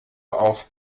auf